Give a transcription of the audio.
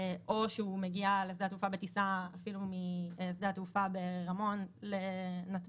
או שהוא מגיע לשדה התעופה בטיסה אפילו משדה התעופה ברמון לנתב"ג,